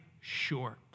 short